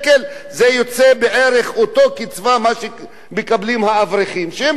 וזה יוצא בערך אותה קצבה כפי שמקבלים האברכים שלא עובדים